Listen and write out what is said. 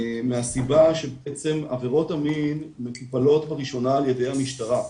מהסיבה שעבירות המין מטופלות בראשונה על ידי המשטרה,